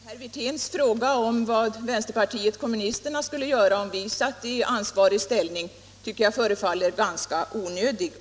Herr talman! Herr Wirténs fråga vad vänsterpartiet kommunisterna skulle göra om partiet satt i ansvarig ställning förefaller mig ganska onödig.